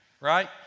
right